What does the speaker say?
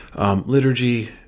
Liturgy